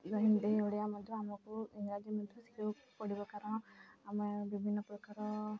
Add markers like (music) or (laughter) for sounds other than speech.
(unintelligible) ହିନ୍ଦୀ ଓଡ଼ିଆ ମଧ୍ୟ ଆମକୁ ଇଂରାଜୀ ମଧ୍ୟ ଶିଖିବାକୁ ପଡ଼ିବ କାରଣ ଆମେ ବିଭିନ୍ନ ପ୍ରକାର